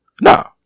no